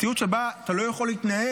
זאת מציאות שבה אתה לא יכול להתנהג,